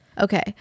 Okay